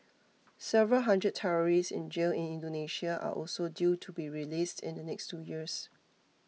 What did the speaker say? several hundred terrorists in jail in Indonesia are also due to be released in the next two years